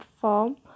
form